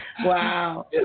wow